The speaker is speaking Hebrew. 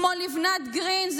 כמו ליבנת גרין,